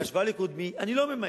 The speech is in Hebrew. בהשוואה לקודמי, אני לא ממהר.